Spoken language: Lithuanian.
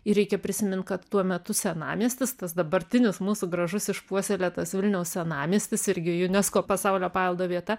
ir reikia prisimint kad tuo metu senamiestis tas dabartinis mūsų gražus išpuoselėtas vilniaus senamiestis irgi unesco pasaulio paveldo vieta